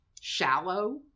shallow